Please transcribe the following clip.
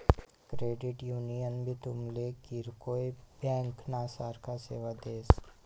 credit union भी तुमले किरकोय ब्यांकना सारखी सेवा देस